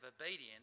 obedience